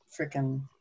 freaking –